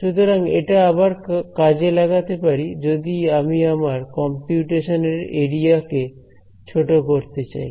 সুতরাং এটা আবার কাজে লাগতে পারে যদি আমি আমার কম্পিউটেশন এর এরিয়া কে ছোট করতে চাই